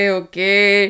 okay